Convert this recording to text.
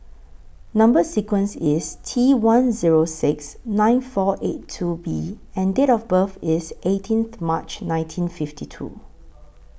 Number sequence IS T one Zero six nine four eight two B and Date of birth IS eighteenth March nineteen fifty two